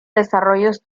desarrollos